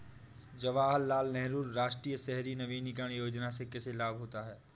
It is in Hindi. जवाहर लाल नेहरू राष्ट्रीय शहरी नवीकरण योजना से किसे लाभ होता है?